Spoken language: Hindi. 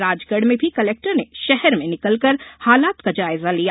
राजगढ में भी कलेक्टर ने शहर में निकलकर हालात का जायजा लिया